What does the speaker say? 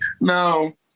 No